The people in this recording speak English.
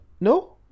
No